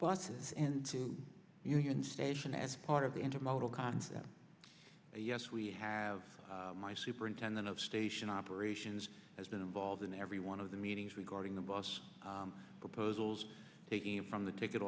buses and to union station as part of the intermodal concept yes we have my superintendent of station operations has been involved in every one of the meetings regarding the bus proposals taking him from the ticket